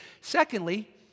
Secondly